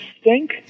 stink